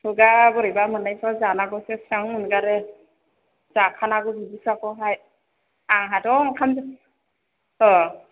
खुगा बोरैबा मोननायफ्रा जानांगौसो स्रां मोनगारो जाखानांगौ बिदिफ्राखौहाय आंहाथ' ओंखाम